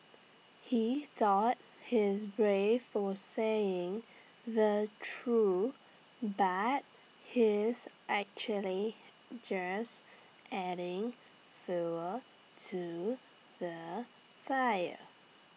he thought he's brave for saying the true but he's actually just adding fuel to the fire